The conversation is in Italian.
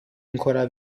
ancora